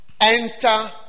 Enter